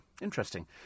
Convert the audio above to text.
interesting